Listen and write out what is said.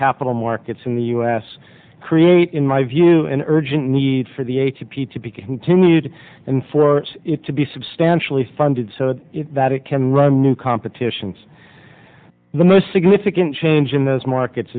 capital markets in the us create in my view an urgent need for the a t p to be continued and for it to be substantially funded so that it can run new competitions the most significant change in those markets